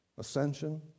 Ascension